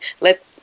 let